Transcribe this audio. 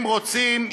הם רוצים,